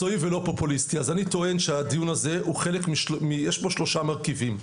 טוען שלדיון הזה יש שלושה מרכיבים.